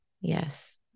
Yes